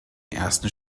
ersten